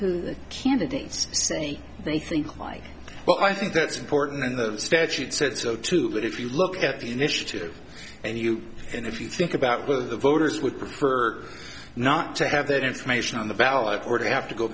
saying they think like well i think that's important and the statute said so too but if you look at the initiative and you and if you think about whether the voters would prefer not to have that information on the ballot or to have to go